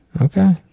Okay